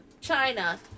china